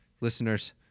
listeners